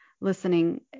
listening